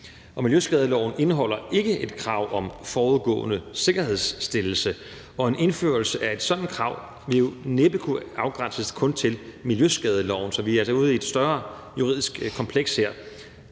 miljøskadeloven indeholder ikke et krav om forudgående sikkerhedsstillelse, og en indførelse af et sådant krav vil jo næppe kunne afgrænses kun til miljøskadeloven. Så vi er altså ude i et større juridisk kompleks her.